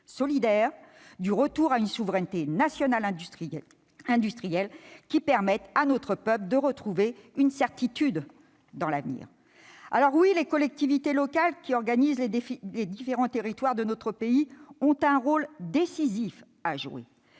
solidaire et du retour à une souveraineté nationale industrielle, qui permette à notre peuple de retrouver la certitude d'un avenir. Oui, les collectivités locales, qui sont au coeur de l'organisation des différents territoires de notre pays, ont un rôle décisif à jouer.